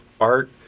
art